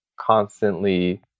constantly